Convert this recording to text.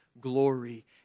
glory